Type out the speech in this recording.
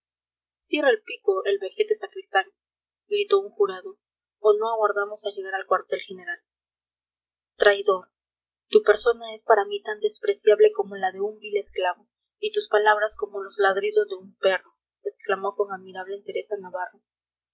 cierre el pico el vejete sacristán gritó un jurado o no aguardamos a llegar al cuartel general traidor tu persona es para mí tan despreciable como la de un vil esclavo y tus palabras como los ladridos de un perro exclamó con admirable entereza navarro